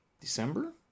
December